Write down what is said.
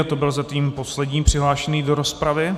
To byl zatím poslední přihlášený do rozpravy.